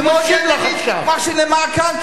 זה לא הוגן להגיד מה שנאמר כאן,